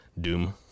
Doom